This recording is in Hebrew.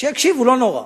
שיקשיבו, לא נורא.